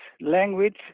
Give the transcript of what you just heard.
language